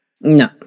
No